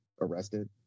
arrested